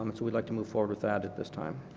um but would like to move forward with that at this time.